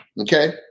okay